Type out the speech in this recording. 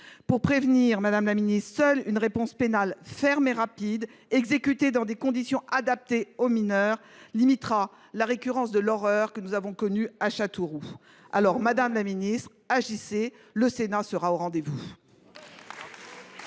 pour prévenir la violence, seule une réponse pénale ferme et rapide, exécutée dans des conditions adaptées aux mineurs, limitera la récurrence de l’horreur que nous avons connue à Châteauroux. Aussi, agissez, et le Sénat sera au rendez vous